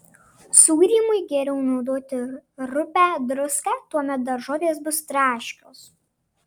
sūrymui geriau naudoti rupią druską tuomet daržovės bus traškios